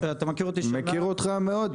מכיר אותי --- מכיר אותך מאוד,